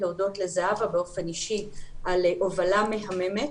להודות לזהבה באופן אישי על הובלה מהממת,